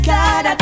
God